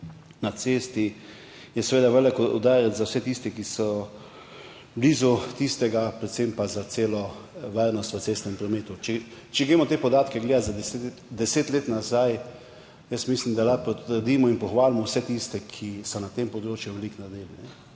na cesti, je seveda velik udarec za vse tiste, ki so blizu tistega, predvsem pa za celo varnost v cestnem prometu, če gremo te podatke gledat za 10 let nazaj, mislim, da lahko potrdimo in pohvalimo vse tiste, ki so na tem področju veliko naredili.